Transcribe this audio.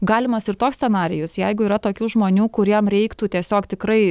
galimas ir toks scenarijus jeigu yra tokių žmonių kuriem reiktų tiesiog tikrai